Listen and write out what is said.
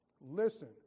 listen